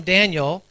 Daniel